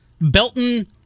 Belton